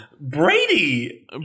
Brady